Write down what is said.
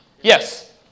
Yes